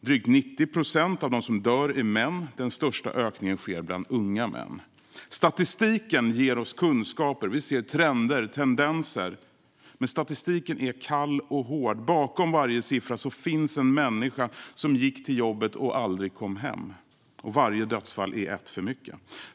Drygt 90 procent av dem som dör är män. Den största ökningen sker bland unga män. Statistiken ger oss kunskaper. Vi ser trender och tendenser. Men statistiken är kall och hård. Bakom varje siffra finns en människa som gick till jobbet och aldrig kom hem. Och varje dödfall är ett för mycket.